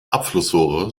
abflussrohre